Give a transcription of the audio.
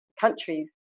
countries